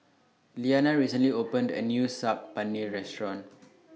Iliana recently opened A New Saag Paneer Restaurant